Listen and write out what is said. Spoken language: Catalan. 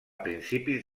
principis